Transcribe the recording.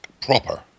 proper